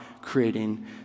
creating